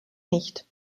nicht